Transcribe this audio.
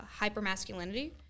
hypermasculinity